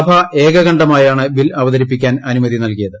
സഭ ഏകകണ്ഠമായാണ് ബിൽ അവതരിപ്പിക്കാൻ അനുമതി നൽകിയത്